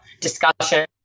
discussion